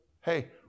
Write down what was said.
hey